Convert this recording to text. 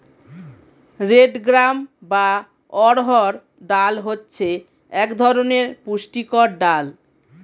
red gram বা অড়হর ডাল হচ্ছে এক ধরনের পুষ্টিকর ডাল